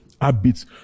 habits